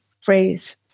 phrase